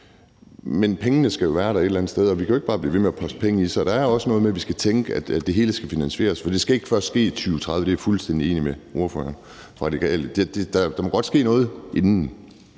Men pengene skal være der et eller andet sted, og vi kan jo ikke bare blive ved med at poste penge i det. Så der er også noget med, at vi skal tænke over, at det hele skal finansieres, for det skal ikke først ske i 2030; det er jeg fuldstændig enig med ordføreren fra Radikale i. Der må godt ske noget inden.